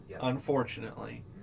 unfortunately